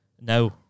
no